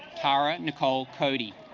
tarah nicole cody